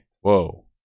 whoa